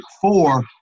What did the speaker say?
four –